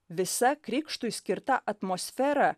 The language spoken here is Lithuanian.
visa krikštui skirta atmosfera